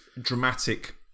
dramatic